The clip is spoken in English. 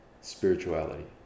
spirituality